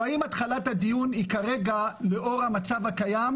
או האם התחלת הדיון היא לאור המצב הקיים,